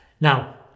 Now